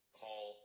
call